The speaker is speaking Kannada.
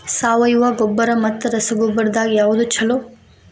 ಸಾವಯವ ಗೊಬ್ಬರ ಮತ್ತ ರಸಗೊಬ್ಬರದಾಗ ಯಾವದು ಛಲೋ?